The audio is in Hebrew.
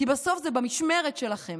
זה היה מזעזע, מה שקרה.